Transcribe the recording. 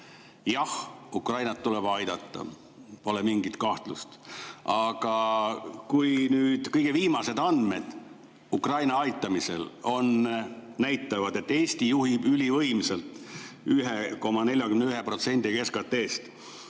Jah, Ukrainat tuleb aidata, pole mingit kahtlust. Ja kõige viimased andmed Ukraina aitamisel näitavad, et Eesti juhib ülivõimsalt – 1,41%‑ga SKT-st